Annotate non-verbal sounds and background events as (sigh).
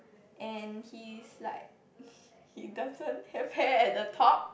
and he's like (breath) he doesn't have hair at the top